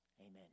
amen